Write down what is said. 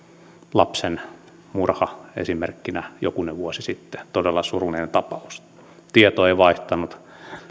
lapsen murha jokunen vuosi sitten todella surullinen tapaus tieto ei vaihtanut